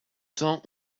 temps